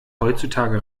heutzutage